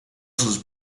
sus